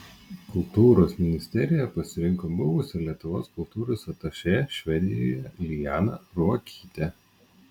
kultūros ministerija pasirinko buvusią lietuvos kultūros atašė švedijoje lianą ruokytę